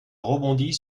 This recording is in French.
rebondis